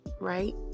right